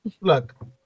Look